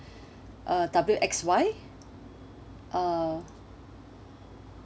uh W X Y uh